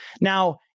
Now